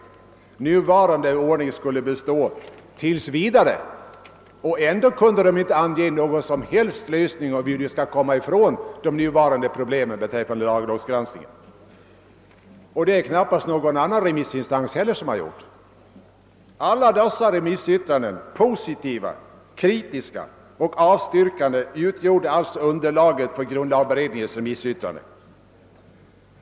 Nuvarande ordning skulle alltså bestå tills vidare. Men de antydde inte heller någon lösning hur vi skulle kunna komma ifrån de nuvarande problemen beträffande lagrådsgranskningen. Det har knappast någon annan remissinstans heller gjort. Alla dessa remissyttranden, positiva, kritiska och avstyrkande, utgjorde underlaget för grundlagberedningens remissyttrande.